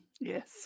Yes